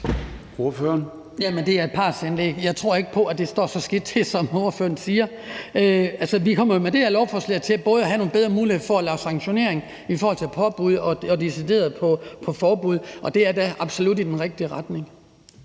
det er et partsindlæg. Jeg tror ikke på, at det står så skidt til, som ordføreren siger. Altså, vi kommer jo med det her lovforslag til både at have nogle bedre muligheder for at lave sanktionering i forhold til påbud og i forhold til et decideret forbud, og det er da absolut et skridt i den rigtige retning.